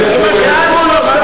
זה מה שכתבו לו,